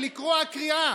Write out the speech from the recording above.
ולקרוע קריעה,